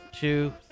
two